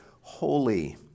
holy